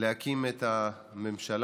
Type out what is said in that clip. להקים את הממשלה.